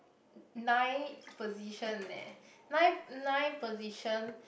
nine position leh nine nine position